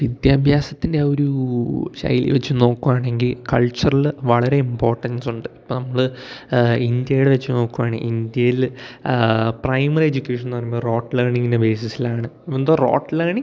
വിദ്യാഭ്യാസത്തിൻ്റെ ഒരു ശൈലി വച്ചു നോക്കുകയാണെങ്കിൽ കൾച്ചറിൽ വളരെ ഇമ്പോട്ടൻസ് ഉണ്ട് ഇപ്പം നമ്മൾ ഇന്ത്യയുടെ വച്ചു നോക്കുകയാണ് ഇന്ത്യയിൽ പ്രൈമറി എജ്യൂക്കേഷനെന്ന് പറയുമ്പോൾ റോട്ട് ലേണിംഗിൻ്റെ ബേസസിലാണ് എന്തോ റോട്ട് ലേണിംഗ്